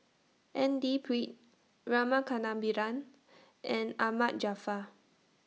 N D Pritt Rama Kannabiran and Ahmad Jaafar